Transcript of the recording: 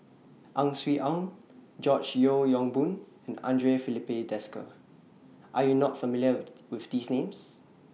Ang Swee Aun George Yeo Yong Boon and Andre Filipe Desker Are YOU not familiar with These Names